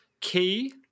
Key